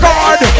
God